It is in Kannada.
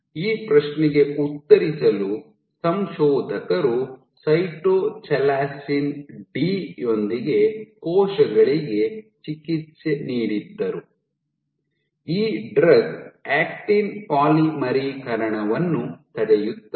ಈ ಪ್ರಶ್ನೆಗೆ ಉತ್ತರಿಸಲು ಸಂಶೋಧಕರು ಸೈಟೊಚಾಲಾಸಿನ್ ಡಿ ಯೊಂದಿಗೆ ಕೋಶಗಳಿಗೆ ಚಿಕಿತ್ಸೆ ನೀಡಿದ್ದರು ಈ ಡ್ರಗ್ ಆಕ್ಟಿನ್ ಪಾಲಿಮರೀಕರಣವನ್ನು ತಡೆಯುತ್ತದೆ